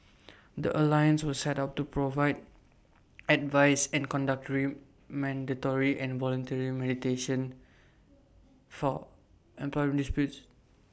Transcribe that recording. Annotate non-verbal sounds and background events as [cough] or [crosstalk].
[noise] the alliance was set up to provide advice and conduct dream mandatory and voluntary mediation for employment disputes